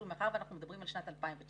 שוב, מאחר ואנחנו מדברים על שנת 2019,